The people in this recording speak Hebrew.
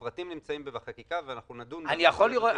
הפרטים נמצאים בחקיקה ואנחנו נדון --- אני יכול לראות?